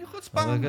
אני חוצפן, אז מה?